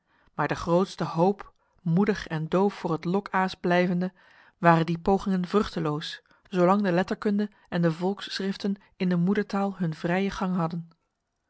maar de grootste hoop moedig en doof voor het lokaas blijvende waren die pogingen vruchteloos zolang de letterkunde en de volksschriften in de moedertaal hun vrije gang hadden